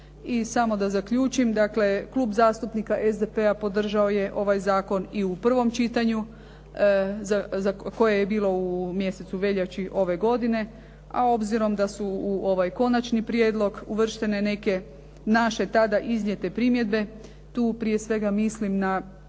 samo da zaključim. Dakle Klub zastupnika SDP-a podržao je ovaj zakon i u prvom čitanju, koje je bilo u mjesecu veljači ove godine, a obzirom da su u ovoj konačni prijedlog uvrštene neke naše tada iznijete primjedbe, tu prije svega mislim na